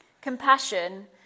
Compassion